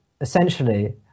essentially